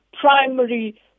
primary